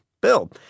Bill